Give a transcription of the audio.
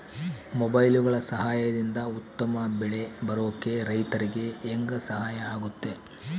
ಮೊಬೈಲುಗಳ ಸಹಾಯದಿಂದ ಉತ್ತಮ ಬೆಳೆ ಬರೋಕೆ ರೈತರಿಗೆ ಹೆಂಗೆ ಸಹಾಯ ಆಗುತ್ತೆ?